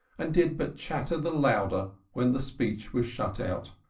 and did but chatter the louder when the speech was shut out.